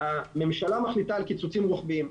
הממשלה מחליטה על קיצוצים רוחביים.